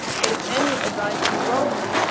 but if any advised you wrongly,